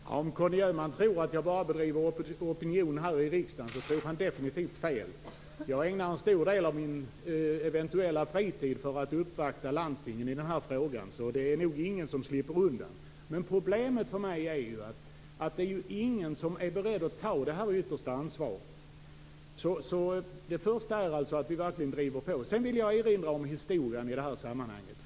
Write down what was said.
Herr talman! Om Conny Öhman tror att jag bara bedriver opinionsarbete här i riksdagen så tror han definitivt fel. Jag ägnar en stor del av min eventuella fritid åt att uppvakta landstingen i den här frågan. Så det är nog ingen som slipper undan. Men problemet för mig är att det inte är någon som är beredd att ta det yttersta ansvaret. Det första är alltså att vi verkligen driver på. Sedan vill jag erinra om historien i det här sammanhanget.